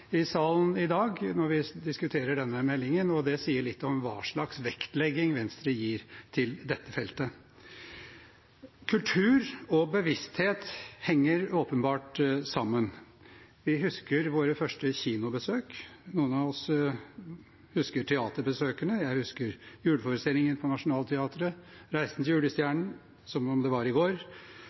i salen her i dag når vi diskuterer denne meldingen. Det sier litt om hva slags vektlegging Venstre gir til dette feltet. Kultur og bevissthet henger åpenbart sammen. Vi husker våre første kinobesøk. Noen av oss husker teaterbesøkene. Jeg husker juleforestillingen på Nationaltheatret, Reisen til julestjernen, som om det var i går.